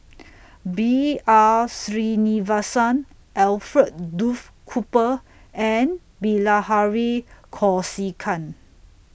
B R Sreenivasan Alfred Duff Cooper and Bilahari Kausikan